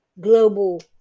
global